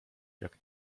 jak